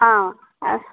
हा अस्